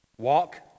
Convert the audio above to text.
Walk